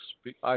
speak